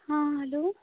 हाँ हलो